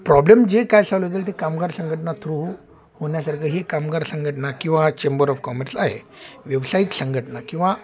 problem जे काय चालू असेल ते कामगार संघटना थ्रू होण्यासारखं ही कामगार संघटना किंवा हा चेंबर ऑफ कॉमर्स आहे व्यावसायिक संघटना किंवा